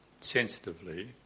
sensitively